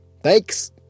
Thanks